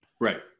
Right